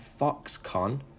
Foxconn